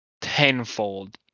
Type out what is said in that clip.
tenfold